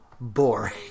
boring